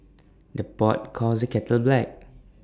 the pot calls the kettle black